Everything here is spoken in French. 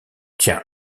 tiens